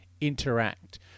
interact